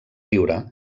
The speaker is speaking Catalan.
riure